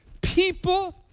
People